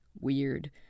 weird